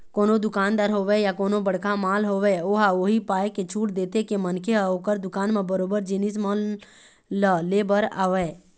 कोनो दुकानदार होवय या कोनो बड़का मॉल होवय ओहा उही पाय के छूट देथे के मनखे ह ओखर दुकान म बरोबर जिनिस मन ल ले बर आवय